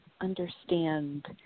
understand